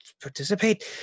participate